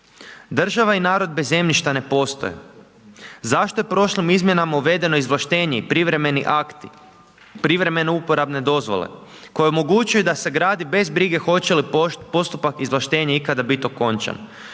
Država i narod bez zemljišta ne postoje. Zašto je prošlim izmjenama uvedeno izvlaštenje i privremeni akt privremeno uporabne dozvole, koje omogućuje da sagradi, bez brige, hoće li postupak izvlaštenja ikada biti okončan.